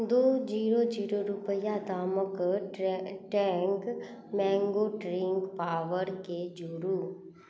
दुइ zero zero रुपैआ दामके टैन्ग मैन्गो ड्रिन्क पॉवरके जोड़ू